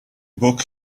book